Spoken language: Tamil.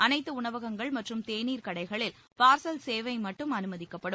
அனைத்து உணவகங்கள் மற்றும் தேநீர் கடைகளில் பார்சல் சேவை மட்டும் அனுமதிக்கப்படும்